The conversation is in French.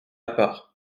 part